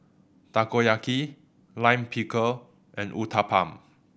Takoyaki Lime Pickle and Uthapam